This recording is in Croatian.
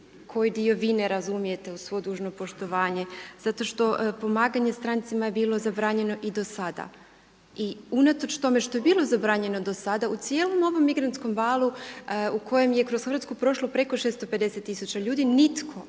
koji dio vi ne razumijete uz svo dužno poštovanje zato što pomaganje strancima je bilo zabranjeno i do sada. I unatoč tome što je bilo zabranjeno do sada u cijelom ovom migrantskom valu u kojem je kroz Hrvatsku prošlo preko 650 tisuća ljudi nitko,